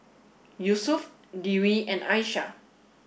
Yusuf Dewi and Aishah